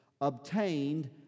obtained